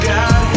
God